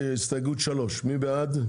הסתייגות 3. מי בעד?